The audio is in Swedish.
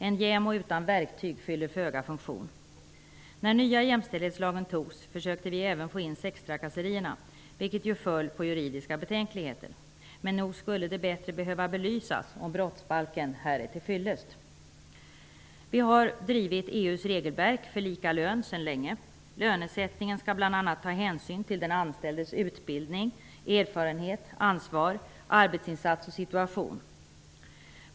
En JämO utan verktyg fyller föga funktion. När det fattades beslut om den nya jämställdhetslagen försökte vi moderater att få in även sextrakasserierna, men det förslaget föll på grund av juridiska betänkligheter. Men nog skulle det bättre behöva belysas om brottsbalken här är till fyllest. Sedan länge har vi drivit EU:s regelverk för lika lön. Vid lönesättningen skall man bl.a. ta hänsyn till den anställdes utbildning, erfarenhet, ansvar, arbetsinsats och situation.